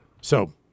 So-